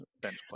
bench